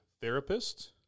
therapist